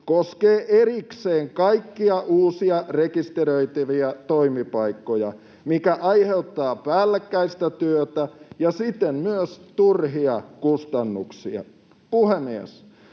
koskee erikseen kaikkia uusia rekisteröitäviä toimipaikkoja, mikä aiheuttaa päällekkäistä työtä ja siten myös turhia kustannuksia. Puhemies!